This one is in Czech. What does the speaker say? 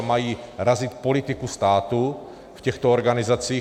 Mají razit politiku státu v těchto organizacích.